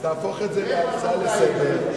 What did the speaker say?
אז תהפוך את זה להצעה לסדר-היום,